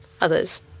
others